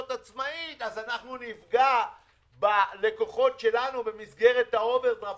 עצמאית אז אנחנו נפגע בלקוחות שלנו במסגרת האוברדרפט